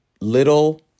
little